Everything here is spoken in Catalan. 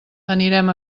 anirem